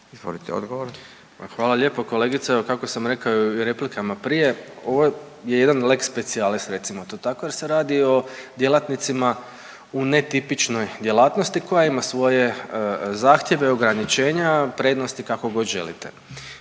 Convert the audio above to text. (Nezavisni)** Hvala lijepo kolegice. Evo kako sam rekao i u replikama prije. Ovo je jedan lex specialis recimo to tako jer se radi o djelatnicima u netipičnoj djelatnosti koja ima svoje zahtjeve, ograničenja, prednosti kako god želite.